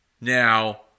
Now